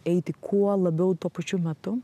eiti kuo labiau tuo pačiu metu